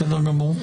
בסדר גמור.